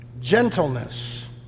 gentleness